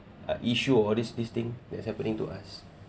uh issue of all this this thing that's happening to us